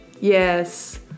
Yes